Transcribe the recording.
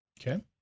Okay